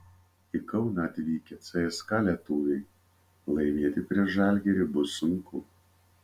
į kauną atvykę cska lietuviai laimėti prieš žalgirį bus sunku